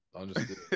Understood